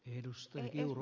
arvoisa puhemies